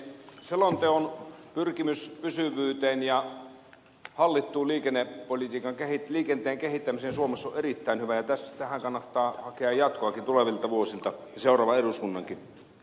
selonteon pyrkimys pysyvyyteen ja hallittuun liikenteen kehittämiseen suomessa on erittäin hyvä ja tähän kannattaa hakea jatkoakin tulevina vuosina seuraavan eduskunnankin